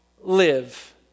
live